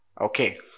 Okay